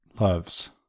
loves